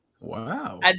Wow